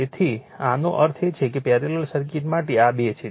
તેથી આનો અર્થ એ છે કે પેરેલલ સર્કિટ માટે આ બે છે